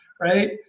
Right